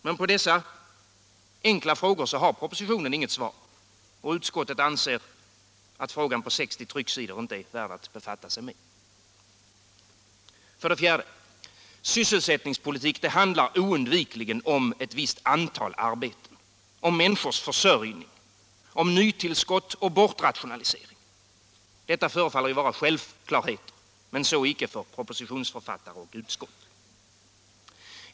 Men på dessa enkla frågor har propositionen inget svar, och utskottet anser inte att frågan är värd att befatta sig med på utskottsbetänkandets mer än 60 trycksidor. För det fjärde: sysselsättningspolitik handlar oundvikligen om ett visst antal arbeten, om människors försörjning, om. nytillskott och bortrationaliseringar. Detta förefaller ju vara självklarheter. Men så icke för propositionens författare eller för utskottet.